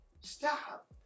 stop